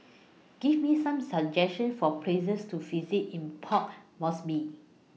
Give Me Some suggestions For Places to visit in Port Moresby